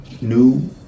new